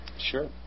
sure